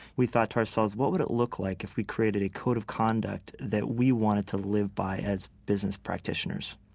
we thought to ourselves, what would it look like if we created a code of conduct that we wanted to live by as business practitioners?